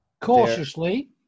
Cautiously